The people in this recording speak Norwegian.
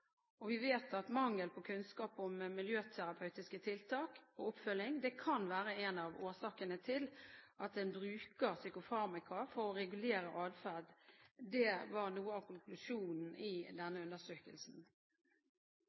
psykofarmaka. Vi vet at mangel på kunnskap om miljøterapeutiske tiltak og oppfølging kan være en av årsakene til at en bruker psykofarmaka for å regulere atferd. Det var noe av konklusjonen i denne undersøkelsen.